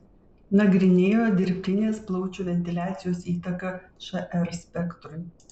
nagrinėjo dirbtinės plaučių ventiliacijos įtaką šr spektrui